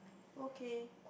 okay